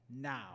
now